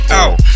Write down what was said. out